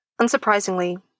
Unsurprisingly